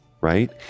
right